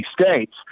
states